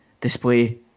display